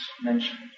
mentioned